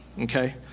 Okay